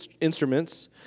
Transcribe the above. instruments